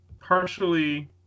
partially